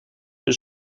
her